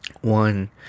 one